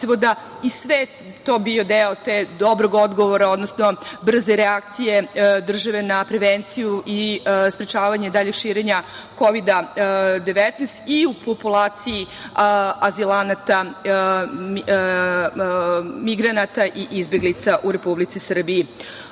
i sve je to bio deo dobrog odgovora, odnosno brze reakcije države na prevenciju i sprečavanje daljeg širenja Kovida–19 i u populaciji azilanata, migranata i izbeglica u Republici Srbiji. Rekla